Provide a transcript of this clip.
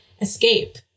escape